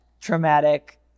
traumatic